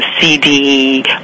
CD